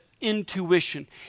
intuition